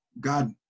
god